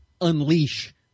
unleash